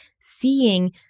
seeing